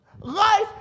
Life